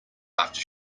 after